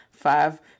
Five